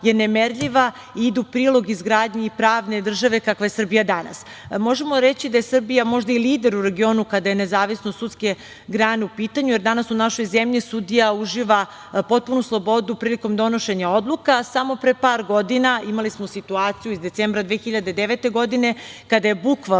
je nemerljiva, ide u prilog izgradnji pravne države kakva je Srbija danas. Možemo reći da je Srbija možda i lider u regionu kada je nezavisnost sudske grane u pitanju, jer danas u našoj zemlji sudija uživa potpunu slobodu prilikom donošenja odluka. Samo pre par godina imali smo situaciju iz decembra 2009. godine, kada je bukvalno